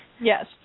Yes